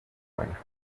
buena